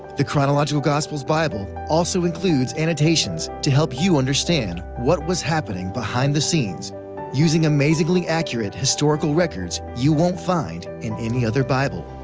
the chronological gospels bible also includes annotations to help you understand what was happening behind the scenes using amazingly accurate historical records you won't find in any other bible.